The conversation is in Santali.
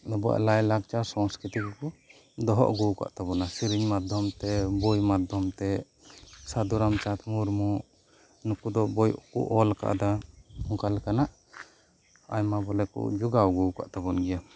ᱟᱵᱚᱣᱟᱜ ᱞᱟᱭ ᱞᱟᱠᱪᱟᱨ ᱥᱚᱝᱥ ᱠᱨᱤᱛᱤ ᱦᱚᱠᱚ ᱫᱚᱦᱚ ᱟᱹᱜᱩ ᱟᱠᱟᱫ ᱛᱟᱵᱚᱱᱟ ᱥᱮᱹᱨᱮᱹᱧ ᱢᱟᱫᱽᱫᱷᱚᱢ ᱛᱮ ᱵᱚᱭ ᱢᱟᱫᱽᱫᱷᱚᱢ ᱛᱮ ᱥᱟᱫᱷᱩᱨᱟᱢ ᱪᱟᱸᱫᱽ ᱢᱩᱨᱢᱩ ᱱᱩᱠᱩ ᱫᱚ ᱵᱳᱭᱠᱚ ᱚᱞ ᱟᱠᱟᱫᱟ ᱚᱱᱠᱟ ᱞᱮᱠᱟᱱᱟᱜ ᱟᱭᱢᱟ ᱵᱚᱞᱮ ᱠᱚ ᱡᱚᱜᱟᱣ ᱟᱜᱩ ᱟᱠᱟᱫ ᱛᱟᱵᱩᱱ ᱜᱮᱭᱟ